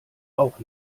auch